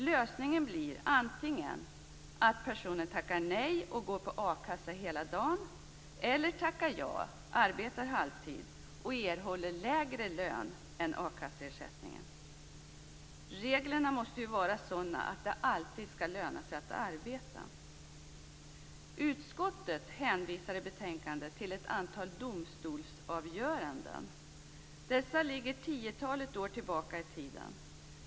Lösningen blir antingen att personen tackar nej och går på a-kassa hela dagen eller tackar ja, arbetar halvtid och erhåller lägre lön än a-kasseersättningen. Reglerna måste ju vara sådana att det alltid skall löna sig att arbeta. Utskottet hänvisar i betänkandet till ett antal domstolsavgöranden. Dessa ligger tiotalet år tillbaka i tiden.